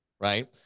right